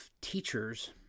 teachers